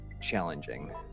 challenging